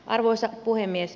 arvoisa puhemies